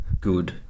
good